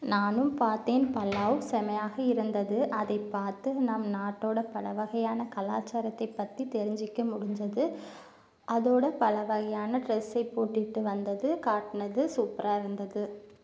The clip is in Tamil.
நானும் பார்த்தேன் பல்லாவ் செம்மையாக இருந்தது அதை பார்த்து நம்ம நாட்டோடய பலவகையான கலாச்சாரத்தை பற்றி தெரிஞ்சுக்க முடிஞ்சது அதோடு பலவகையான ட்ரெஸ்ஸை போட்டுகிட்டு வந்தது காட்டினது சூப்பராக இருந்தது